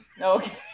Okay